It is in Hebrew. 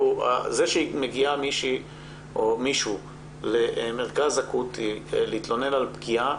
כשמגיעה מישהי או מגיע מישהו למרכז אקוטי להתלונן על פגיעה,